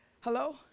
hello